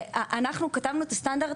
אנחנו כתבנו את הסטנדרט,